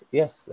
yes